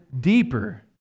deeper